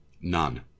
None